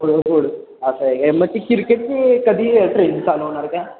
होय होड असं आहे का मग ती किरकेटची कधी ट्रेन चालू होणार का